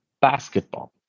basketball